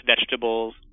vegetables